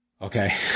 Okay